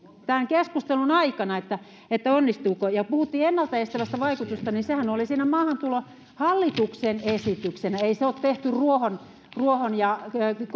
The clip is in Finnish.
tämän keskustelun aikana että että onnistuuko ja kun puhuttiin ennalta estävästä vaikutuksesta niin sehän oli siinä hallituksen esityksenä ei sitä ole tehty ruohon ruohon ja